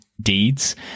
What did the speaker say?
deeds